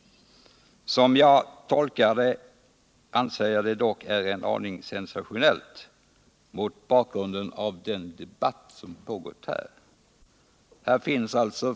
Som jag tolkar 179 180 svaret måste det dock vara ganska sensationellt mot bakgrund av den debatt som pågått här.